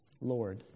lord